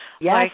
Yes